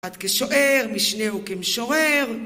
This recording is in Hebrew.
אחד כשוער, משנהו כמשורר